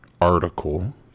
article